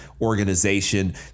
organization